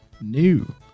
new